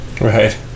Right